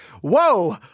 Whoa